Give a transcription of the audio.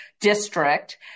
district